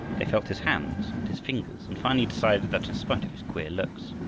they felt his hands and his fingers, and finally decided that, in spite of his queer looks,